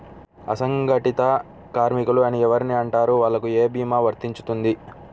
అసంగటిత కార్మికులు అని ఎవరిని అంటారు? వాళ్లకు ఏ భీమా వర్తించుతుంది?